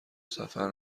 سفر